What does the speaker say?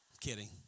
Kidding